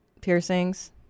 piercings